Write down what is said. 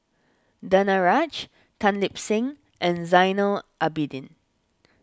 Danaraj Tan Lip Seng and Zainal Abidin